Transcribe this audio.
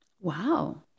wow